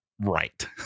right